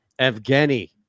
Evgeny